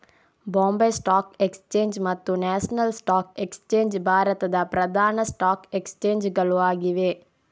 Bombay stock exchange ಮತ್ತು national stock exchange ಭಾರತದ ಪ್ರಧಾನ ಸ್ಟಾಕ್ ಎಕ್ಸ್ಚೇಂಜ್ ಗಳು ಆಗಿವೆ